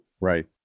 Right